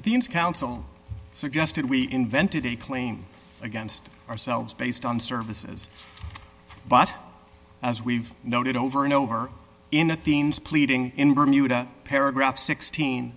themes council suggested we invented a claim against ourselves based on services but as we've noted over and over in the themes pleading in bermuda paragraph sixteen